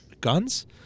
guns